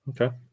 okay